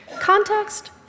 Context